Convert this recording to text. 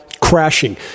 crashing